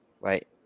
right